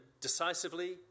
decisively